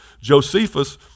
Josephus